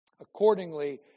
Accordingly